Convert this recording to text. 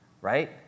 right